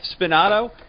Spinato